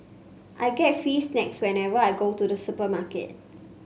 I get free snacks whenever I go to the supermarket